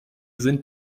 sind